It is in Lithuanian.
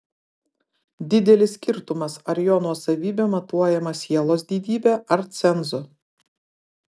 didelis skirtumas ar jo nuosavybė matuojama sielos didybe ar cenzu